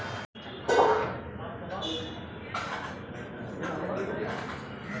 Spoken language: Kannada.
ಜೇನುನೊಣ ಕೆಲಸಗಾರರು ಜೇನುಗೂಡಿನ ತಾಪಮಾನವನ್ನು ನಿರ್ಣಾಯಕ ಸಂಸಾರದ ಪ್ರದೇಶ್ದಲ್ಲಿ ಏಕರೂಪವಾಗಿಸ್ತರೆ